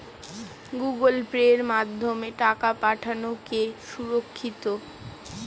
Google পের মাধ্যমে টাকা পাঠানোকে সুরক্ষিত?